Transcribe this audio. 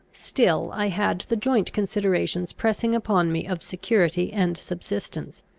still i had the joint considerations pressing upon me of security and subsistence.